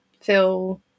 feel